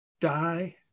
die